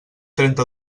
trenta